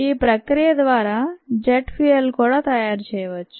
ఈ ప్రక్రియ ద్వారా జెట్ ఫ్యూయల్ కూడా తయారు చేయవచ్చు